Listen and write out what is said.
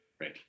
right